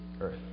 earth